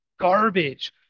garbage